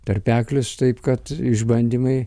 tarpeklis taip kad išbandymai